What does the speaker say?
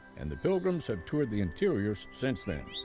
and the pilgrims have toured the interiors since then.